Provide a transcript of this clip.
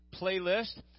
Playlist